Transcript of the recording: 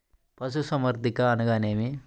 పశుసంవర్ధకం అనగానేమి?